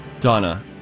Donna